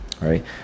right